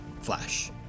Flash